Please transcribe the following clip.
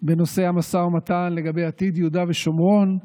בנושא המשא ומתן לגבי עתיד יהודה ושומרון,